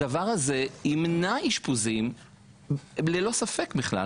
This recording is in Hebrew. הדבר הזה ימנע אשפוזים ללא ספק בכלל.